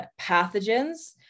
pathogens